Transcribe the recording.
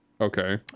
okay